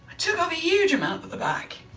took off a huge amount at the back.